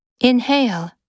Inhale